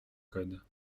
code